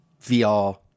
VR